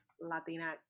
Latina